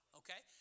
okay